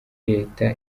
leta